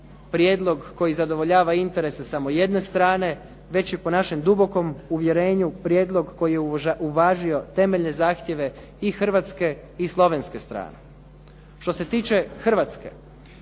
prijedlog koji zadovoljava interese samo jedne strane već i po našem dubokom uvjerenju prijedlog koji je uvažio temeljne zahtjeve i hrvatske i slovenske strane. Što se tiče Hrvatske,